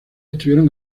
estuvieron